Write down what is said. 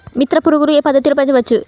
మిత్ర పురుగులు ఏ పద్దతిలో పెంచవచ్చు?